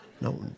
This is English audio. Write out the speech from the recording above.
no